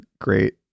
great